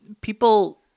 people